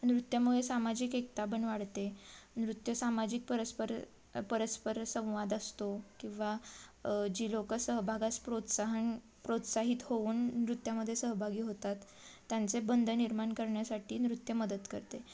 नृत्यामुळे सामाजिक एकता पण वाढते नृत्य सामाजिक परस्पर परस्पर संवाद असतो किंवा जी लोकं सहभागास प्रोत्साहन प्रोत्साहित होऊन नृत्यामध्ये सहभागी होतात त्यांचे बंध निर्माण करण्यासाठी नृत्य मदत करते